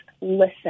listen